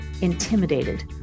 intimidated